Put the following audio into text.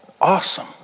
awesome